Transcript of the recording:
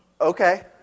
okay